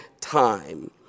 time